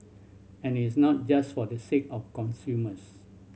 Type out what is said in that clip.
and it is not just for the sake of consumers